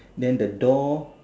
then the door